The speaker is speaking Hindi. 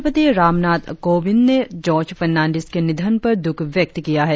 राष्ट्रपति रामनाथ कोविंद ने जार्ज फर्नांडिस के निधन पर दुख व्यक्त किया है